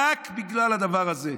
רק בגלל הדבר הזה,